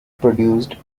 produced